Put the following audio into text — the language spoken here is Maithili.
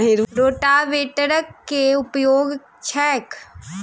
रोटावेटरक केँ उपयोग छैक?